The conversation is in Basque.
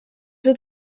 dut